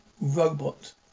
Robot